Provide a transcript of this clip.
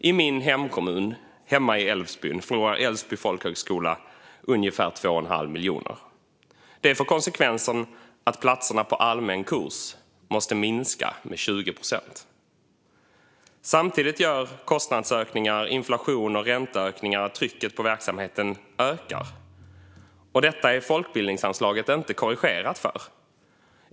I min hemkommun Älvsbyn förlorar Älvsby folkhögskola ungefär 2 1⁄2 miljon. Det får konsekvensen att platserna på allmän kurs måste minska med 20 procent. Samtidigt gör kostnadsökningar, inflation och ränteökningar att trycket på verksamheten ökar, och detta är folkbildningsanslaget inte korrigerat för.